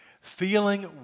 Feeling